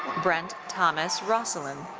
brent thomas rosseland.